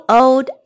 old